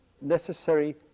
necessary